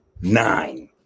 nine